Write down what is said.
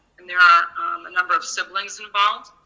and there are a number of siblings involved,